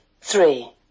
three